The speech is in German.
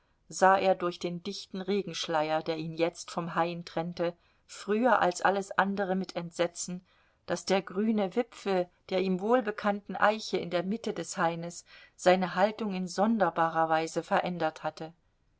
sah er durch den dichten regenschleier der ihn jetzt vom hain trennte früher als alles andere mit entsetzen daß der grüne wipfel der ihm wohlbekannten eiche in der mitte des haines seine haltung in sonderbarer weise verändert hatte